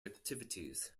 activities